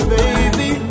Baby